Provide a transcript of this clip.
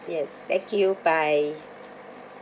yes thank you bye